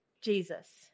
Jesus